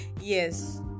yes